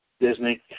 Disney